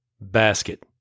basket